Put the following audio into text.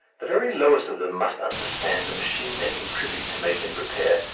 the very lowest of them must understand the machine they contribute to make and repair,